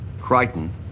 Crichton